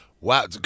Wow